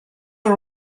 are